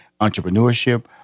entrepreneurship